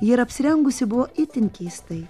ji ir apsirengusi buvo itin keistai